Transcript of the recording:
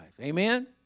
Amen